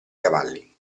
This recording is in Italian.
cavalli